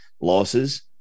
losses